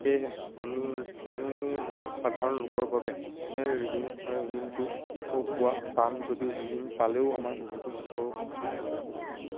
সেয়েহে আমি সাধাৰণ লোকৰ বাবে ঋণ ঋণটো পোৱা পাম যদিও ঋণ পালেও আমাৰ বহুতো অসুবিধাৰ সন্মুখীন হ'ম